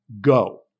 go